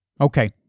Okay